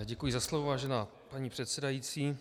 Děkuji za slovo, vážená paní předsedající.